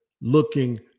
looking